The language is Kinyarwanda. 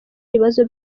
ibibazo